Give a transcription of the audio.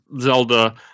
Zelda